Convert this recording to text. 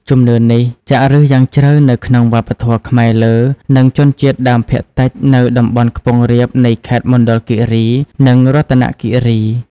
ជំនឿនេះចាក់ឫសយ៉ាងជ្រៅនៅក្នុងវប្បធម៌ខ្មែរលើ និងជនជាតិដើមភាគតិចនៅតំបន់ខ្ពង់រាបនៃខេត្តមណ្ឌលគិរី និងរតនគិរី។